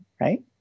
Right